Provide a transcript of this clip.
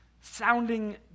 sounding